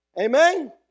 Amen